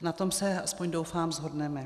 Na tom se, aspoň doufám, shodneme.